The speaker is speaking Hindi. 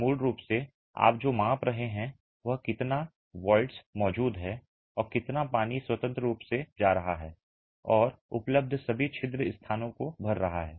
मूल रूप से आप जो माप रहे हैं वह कितना voids मौजूद है और कितना पानी स्वतंत्र रूप से जा रहा है और उपलब्ध सभी छिद्र स्थानों को भर रहा है